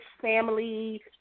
family